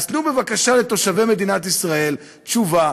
אז תנו בבקשה לתושבי מדינת ישראל תשובה,